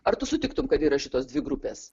ar tu sutiktum kad yra šitos dvi grupės